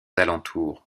alentours